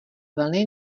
vlny